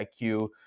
iq